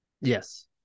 Yes